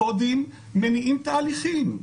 הקודם מניעים תהליכים.